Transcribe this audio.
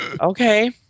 Okay